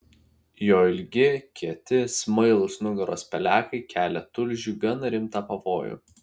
jo ilgi kieti smailūs nugaros pelekai kelia tulžiui gana rimtą pavojų